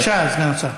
בבקשה, סגן השר.